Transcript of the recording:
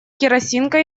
керосинка